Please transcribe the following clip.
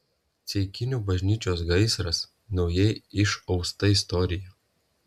ceikinių bažnyčios gaisras naujai išausta istorija